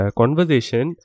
conversation